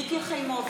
בעד מיקי חיימוביץ'